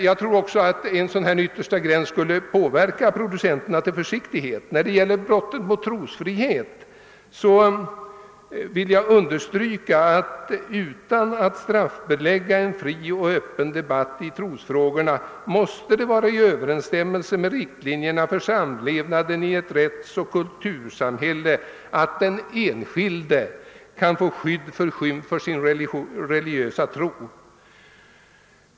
— Jag tror att en sådan yttersta gräns också skulle påverka producenterna till försiktighet. När det gäller brotten mot trosfrihet vill jag understryka att det måste vara i överensstämmelse med riktlinjerna för samlevnaden i ett rättsoch kultursamhälle att, utan att därför straffbelägga en fri och öppen debatt, ge den enskilde skydd mot skymf av sin religiösa tro.